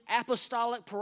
apostolic